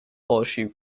horseshoe